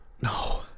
No